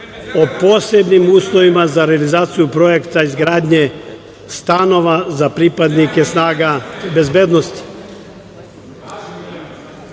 o posebnim uslovima za realizaciju projekta izgradnje stanova za pripadnike snaga bezbednosti